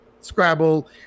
Scrabble